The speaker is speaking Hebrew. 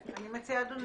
------ רן,